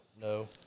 no